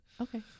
okay